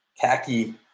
khaki